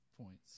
points